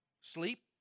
Sleep